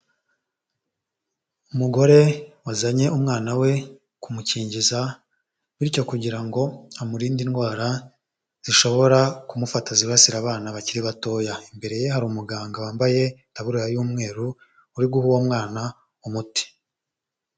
Umugore wazanye umwana we kumukingiza bityo kugira ngo amurinde indwara zishobora kumufata zibasira abana bakiri batoya. Imbere ye hari umuganga wambaye itaburiya y'umweru, uri guha uwo mwana umuti.